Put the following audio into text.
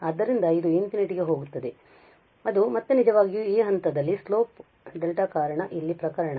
ಆದ್ದರಿಂದ ಇದು ∞ ಹೋಗುತ್ತದೆ ಅದು ಮತ್ತೆ ನಿಜವಾಗಿಯೂ ಈ ಹಂತದಲ್ಲಿ ಸ್ಲೋಪ್ ∞ ಕಾರಣ ಇಲ್ಲಿ ಪ್ರಕರಣ